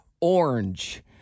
orange